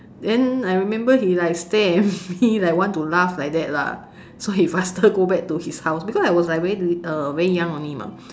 then I remember he like stare at me like want to laugh like that lah so he faster go back to his house because I was like very uh very young only mah